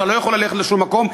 אתה לא יכול ללכת לשום מקום,